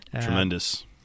Tremendous